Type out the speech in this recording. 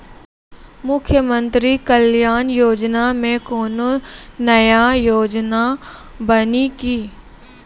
मुख्यमंत्री कल्याण योजना मे कोनो नया योजना बानी की?